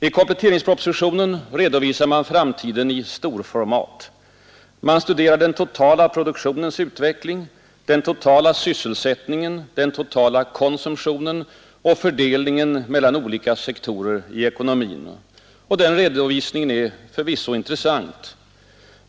I kompletteringspropositionen redovisar man framtiden i storformat. Man studerar den totala produktionens utveckling, den totala sysselsättningen, den totala konsumtionen och fördelningen mellan olika sektorer i ekonomin. Den redovisningen är förvisso intressant.